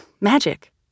magic